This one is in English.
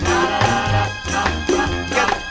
Get